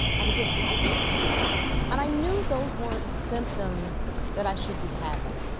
i would get lightheaded and i knew those weren't symptoms that i should be having